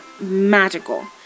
magical